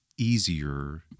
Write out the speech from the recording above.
easier